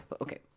okay